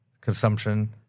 consumption